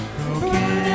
Broken